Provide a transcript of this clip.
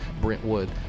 Brentwood